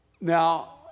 Now